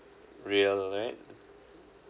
real right